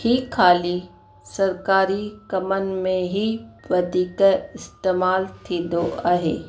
ही खाली सरकारी कम में ई वधीक इस्तेमालु थींदो आहे